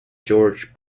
george